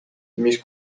mis